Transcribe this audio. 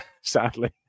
sadly